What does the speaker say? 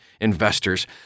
investors